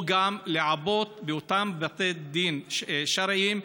או גם לעבות באותם בתי דין שרעיים,